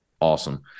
Awesome